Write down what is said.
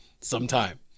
sometime